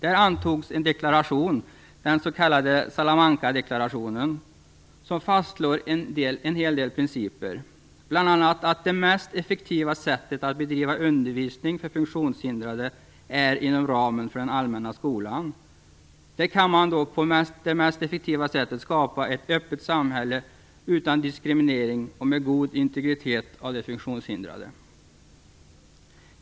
Där antogs en deklaration, den s.k. Salamankadeklarationen, som fastslår en hel del principer, bl.a. att det mest effektiva sättet att bedriva undervisning för funktionshindrade är inom ramen för den allmänna skolan. Därigenom kan man på det mest effektiva sättet skapa ett öppet samhälle utan diskriminering och med god integrering av funktionshindrade.